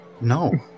No